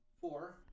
Four